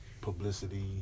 Publicity